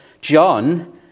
john